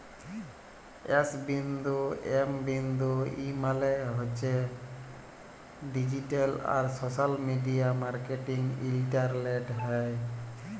S বিন্দু M বিন্দু E মালে হছে ডিজিট্যাল আর সশ্যাল মিডিয়া মার্কেটিং ইলটারলেটে হ্যয়